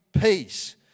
peace